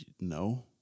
no